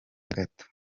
gato